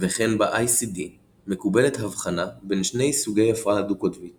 וכן ב-ICD מקובלת הבחנה בין שני סוגי הפרעה דו-קוטבית